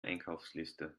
einkaufsliste